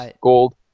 gold